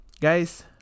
guys